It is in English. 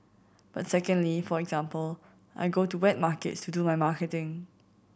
but secondly for example I go to wet markets to do my marketing